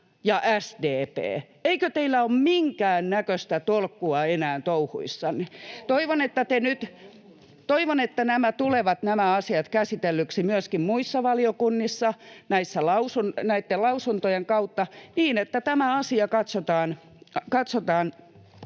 ja SDP, eikö teillä ole minkäännäköistä tolkkua enää touhuissanne? [Välihuuto] Toivon, että nämä asiat tulevat käsitellyiksi myöskin muissa valiokunnissa näitten lausuntojen kautta niin, että tämä asia katsotaan